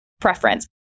preference